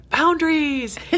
Boundaries